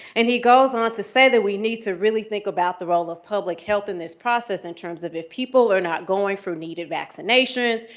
and he goes on to say that we need to really think about the role of public health in this process in terms of if people are not going from needed vaccinations,